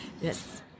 Yes